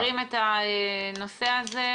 אנחנו מכירים את הנושא הזה.